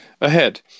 ahead